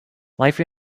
life